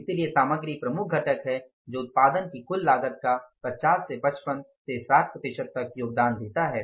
इसलिए सामग्री प्रमुख घटक है जो उत्पादन की कुल लागत का 50 से 55 से 60 प्रतिशत तक योगदान देता है